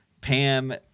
Pam